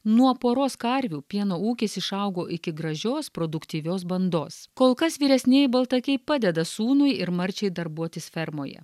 nuo poros karvių pieno ūkis išaugo iki gražios produktyvios bandos kol kas vyresnieji baltakiai padeda sūnui ir marčiai darbuotis fermoje